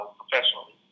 professionally